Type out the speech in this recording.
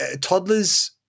toddlers